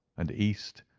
and east,